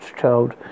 child